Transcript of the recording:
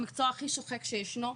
מקצוע הכי שוחק שישנו,